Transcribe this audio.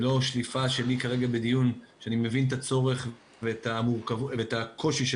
ולא שליפה שלי כרגע בדיון שאני מבין את הצורך ואת הקושי של